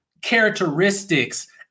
characteristics